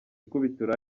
ikubitiro